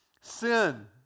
sin